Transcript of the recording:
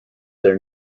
their